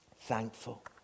thankful